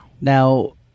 Now